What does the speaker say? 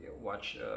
watch